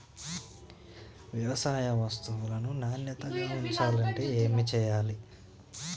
వ్యవసాయ వస్తువులను నాణ్యతగా ఉంచాలంటే ఏమి చెయ్యాలే?